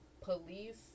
police